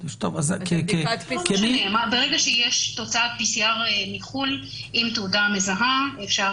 ברגע שיש תוצאת PCR מחו"ל עם תעודה מזהה אפשר